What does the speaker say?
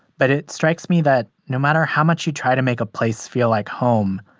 but it strikes me that no matter how much you try to make a place feel like home,